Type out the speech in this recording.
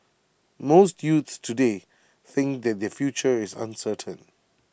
most youths today think that their future is uncertain